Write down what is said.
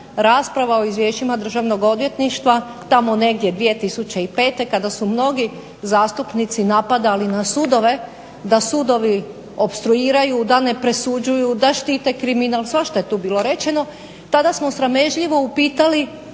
rasprava o izvješćima državnog odvjetništva tamo negdje 2005. kada su mnogi zastupnici napadali na sudove da sudovi opstruiraju, da ne presuđuju, da štite kriminal. Svašta je tu bilo rečeno. Tada smo sramežljivo upitali